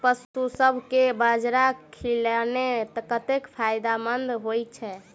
पशुसभ केँ बाजरा खिलानै कतेक फायदेमंद होइ छै?